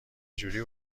جوری